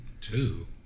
Two